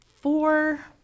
four